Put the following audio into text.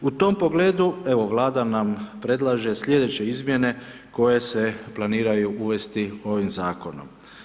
U tom pogledu vlada nam predlaže sljedeća izmjene koje se planiraju uvesti ovim zakonom.